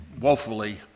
woefully